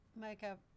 makeup